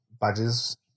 badges